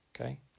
okay